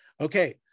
Okay